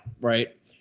Right